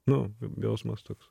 nu jausmas toks